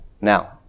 now